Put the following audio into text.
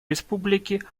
республики